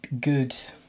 good